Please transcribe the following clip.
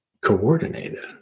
coordinated